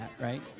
right